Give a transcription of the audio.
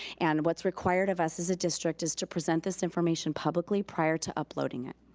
and what's required of us as a district is to present this information publicly prior to uploading it.